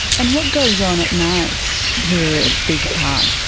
and what goes on at nights here at bigge park?